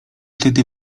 wtedy